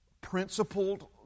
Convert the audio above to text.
principled